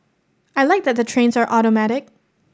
I like that the trains are automatic